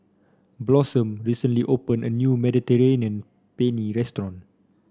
Blossom recently opened a new Mediterranean Penne Restaurant